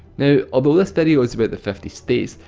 now. although this video is about the fifty states,